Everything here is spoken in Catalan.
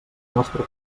nostra